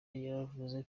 yaravuze